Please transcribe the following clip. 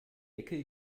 ecke